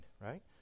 right